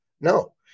No